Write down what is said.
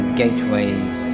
gateways